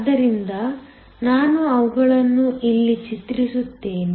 ಆದ್ದರಿಂದ ನಾನು ಅವುಗಳನ್ನು ಇಲ್ಲಿ ಚಿತ್ರಿಸುತ್ತೇನೆ